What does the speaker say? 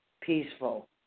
peaceful